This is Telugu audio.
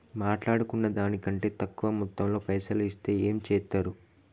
మాట్లాడుకున్న దాని కంటే తక్కువ మొత్తంలో పైసలు ఇస్తే ఏం చేత్తరు?